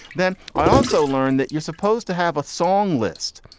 then i also learned that you're supposed to have a song list.